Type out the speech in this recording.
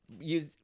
Use